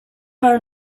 her